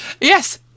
yes